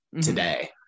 today